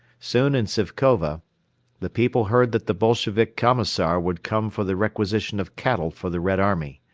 soon in sifkova the people heard that the bolshevik commissar would come for the requisition of cattle for the red army.